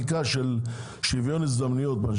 חוק המים והביוב שואב הוראות מתוך חוק החברות הממשלתיות.